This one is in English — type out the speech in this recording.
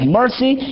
mercy